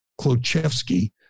Klochevsky